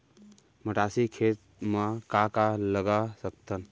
मटासी खेत म का का लगा सकथन?